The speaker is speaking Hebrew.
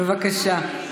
בבקשה.